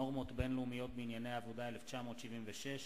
נורמות בין-לאומיות בענייני עבודה, 1976,